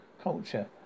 culture